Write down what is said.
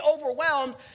overwhelmed